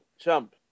Jump